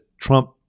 Trump